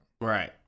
Right